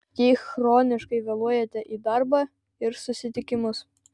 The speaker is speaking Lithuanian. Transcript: jei chroniškai vėluojate į darbą ir susitikimus